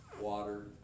water